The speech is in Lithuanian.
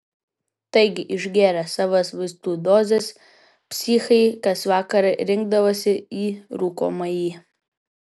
taigi išgėrę savas vaistų dozes psichai kas vakarą rinkdavosi į rūkomąjį